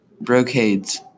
brocades